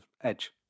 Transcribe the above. edge